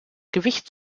gewicht